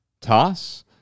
Toss